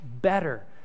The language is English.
better